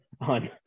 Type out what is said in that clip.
on